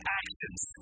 actions